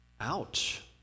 Ouch